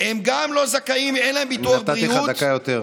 לאט-לאט,